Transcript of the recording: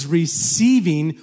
receiving